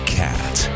cat